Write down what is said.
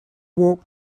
walk